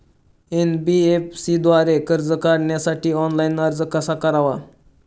NBFC द्वारे कर्ज काढण्यासाठी ऑनलाइन अर्ज कसा करावा?